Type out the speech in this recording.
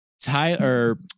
Tyler